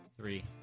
three